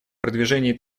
продвижении